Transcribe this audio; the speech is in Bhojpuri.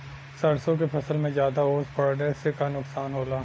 सरसों के फसल मे ज्यादा ओस पड़ले से का नुकसान होला?